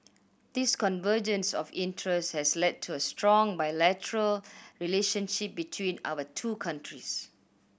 this convergence of interests has led to a strong bilateral relationship between our two countries